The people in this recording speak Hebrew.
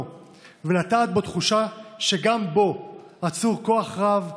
ולטעת בו תחושה שגם בו אצורים כוח רב,